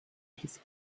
his